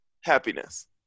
happiness